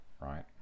right